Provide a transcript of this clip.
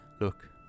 Look